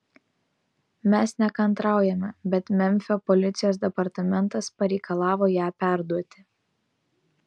mes nekantraujame bet memfio policijos departamentas pareikalavo ją perduoti